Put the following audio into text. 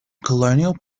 colonial